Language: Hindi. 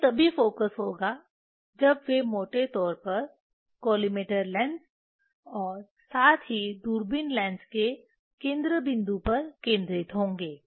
यह तभी फोकस होगी जब वे मोटे तौर पर कॉलिमेटर लेंस और साथ ही दूरबीन लेंस के केंद्र बिंदु पर केंद्रित होंगे